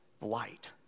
light